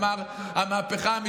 מה "דקה"?